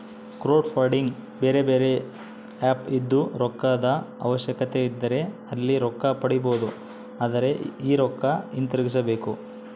ಕ್ರೌಡ್ಫಂಡಿಗೆ ಬೇರೆಬೇರೆ ಆಪ್ ಇದ್ದು, ರೊಕ್ಕದ ಅವಶ್ಯಕತೆಯಿದ್ದರೆ ಅಲ್ಲಿ ರೊಕ್ಕ ಪಡಿಬೊದು, ಆದರೆ ಈ ರೊಕ್ಕ ಹಿಂತಿರುಗಿಸಬೇಕು